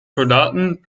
soldaten